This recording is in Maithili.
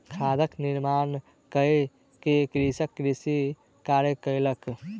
खादक निर्माण कय के कृषक कृषि कार्य कयलक